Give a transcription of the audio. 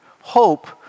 Hope